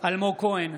אלמוג כהן,